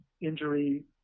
injury